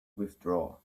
withdraw